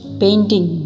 painting